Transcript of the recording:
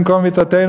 במקום מיתתנו,